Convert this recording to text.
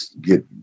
get